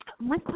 One